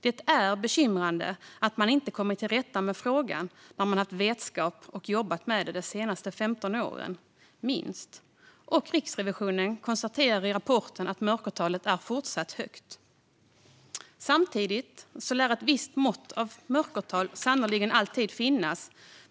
Det är bekymrande att man inte kommit till rätta med frågan när man haft vetskap och jobbat med det de senaste 15 åren, minst. Riksrevisionen konstaterar i rapporten att mörkertalet är fortsatt högt. Samtidigt lär ett visst mörkertal sannolikt alltid finnas.